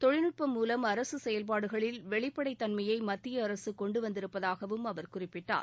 தொழில்நுட்பம் மூலம் அரசு செயல்பாடுகளில் வெளிப்படை தன்மையை மத்திய அரசு கொண்டுவந்திருப்பதாகவும் அவர் குறிப்பிட்டார்